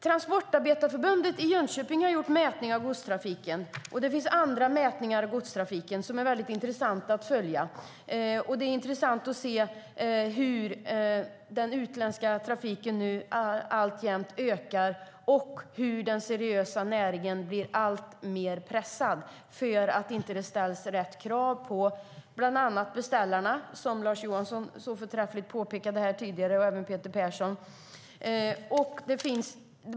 Transportarbetareförbundet i Jönköping har gjort mätningar av godstrafiken, och det finns andra mätningar av godstrafiken som är mycket intressanta att följa. Det är intressant att se hur den utländska trafiken nu ökar och hur den seriösa näringen blir alltmer pressad för att det inte ställs rätt krav på bland andra beställarna, som Lars Johansson, och även Peter Persson, så förträffligt påpekade här tidigare.